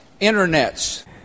internets